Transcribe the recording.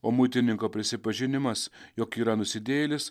o muitininko prisipažinimas jog yra nusidėjėlis